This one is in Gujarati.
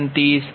2916 0